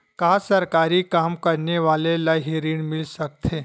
का सरकारी काम करने वाले ल हि ऋण मिल सकथे?